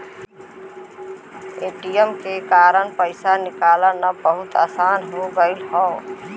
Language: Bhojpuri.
ए.टी.एम के कारन पइसा निकालना अब बहुत आसान हो गयल हौ